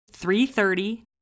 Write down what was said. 3.30